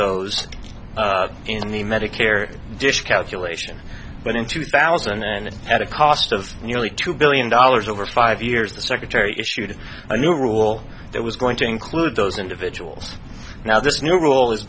those in the medicare dish calculation but in two thousand and at a cost of nearly two billion dollars over five years the secretary issued a new rule that was going to include those individuals now this new rule is